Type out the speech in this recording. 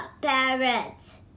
Parrot